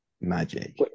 magic